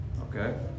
Okay